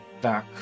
back